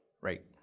Right